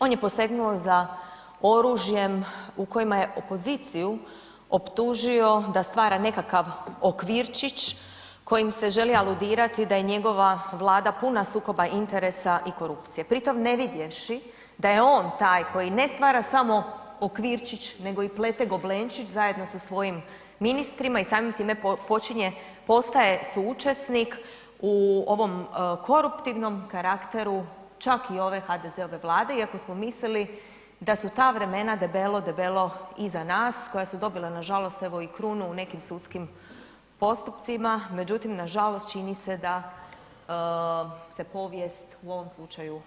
On je posegnuo za oružjem u kojemu je opoziciju optužio da stvara nekakav okvirčić kojim se želi aludirati da je njegova Vlada puna sukoba interesa i korupcije pri tome ne vidjevši da je on taj koji ne stvara samo okvirčić, nego i plete goblenčić zajedno sa svojim ministrima i samim time postaje suučesnik u ovom koruptivnom karakteru čak i ove HDZ-ove Vlade iako smo mislili da su ta vremena debelo, debelo iza nas, koja su dobila nažalost evo i krunu u nekim sudskim postupcima, međutim nažalost čini se da se povijest u ovom slučaju ponavlja.